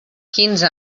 quinze